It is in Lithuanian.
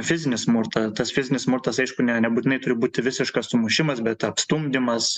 fizinį smurtą tas fizinis smurtas aišku ne nebūtinai turi būti visiškas sumušimas bet apstumdymas